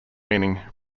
meaning